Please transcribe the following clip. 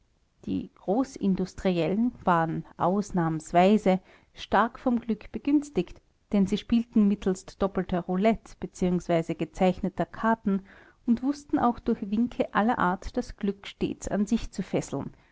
die großindustriellen waren ausnahmsweise stark vom glück begünstigt denn sie spielten mittelst doppelter roulette bzw gezeichneter karten und wußten auch durch winke aller art das glück stets an sich zu fesseln